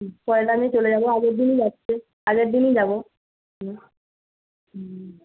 পয়লাতে চলে যাব আগের দিনই যাচ্ছি আগের দিনই যাব